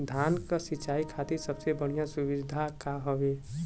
धान क सिंचाई खातिर सबसे बढ़ियां सुविधा का हवे?